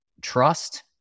trust